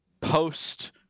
post